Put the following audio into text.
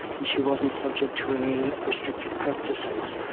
and she wasn't subject to any restrictive practices.